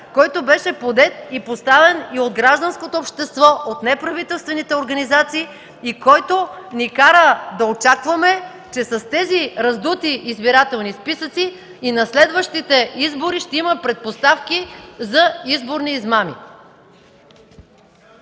а проблем, подет и поставен от гражданското общество, неправителствените организации, който ни кара да очакваме, че с тези раздути избирателни списъци и на следващите избори ще има предпоставки за изборни измами.